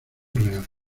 real